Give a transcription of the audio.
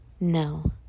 No